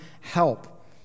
help